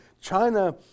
China